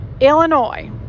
Illinois